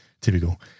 Typical